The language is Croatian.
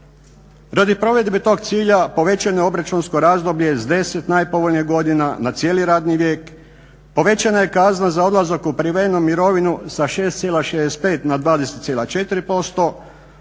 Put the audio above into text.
Radi provedbe tog cilja povećano je obračunsko razdoblje s deset najpovoljnija godina na cijeli radni vijek povećana je kazna za odlazak u prijevremenu mirovinu sa 6,65 na 20,4%,